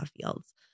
fields